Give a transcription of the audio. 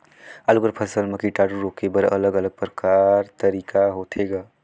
आलू कर फसल म कीटाणु रोके बर अलग अलग प्रकार तरीका होथे ग?